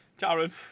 Darren